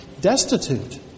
destitute